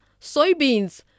soybeans